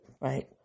Right